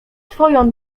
twoją